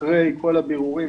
אחרי כל הבירורים,